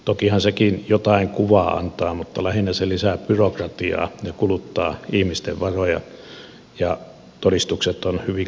tokihan sekin jotain kuvaa antaa mutta lähinnä se lisää byrokratiaa ja kuluttaa ihmisten varoja ja todistukset ovat hyvin kalliita